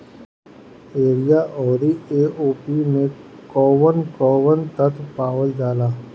Urea औरी A O P मै कौवन कौवन तत्व पावल जाला?